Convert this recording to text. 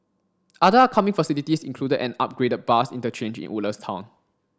other upcoming facilities included an upgraded bus interchange in Woodlands town